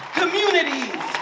communities